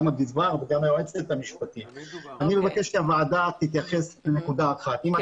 אני מבקש הוועדה תתייחס לנקודה אחת: אם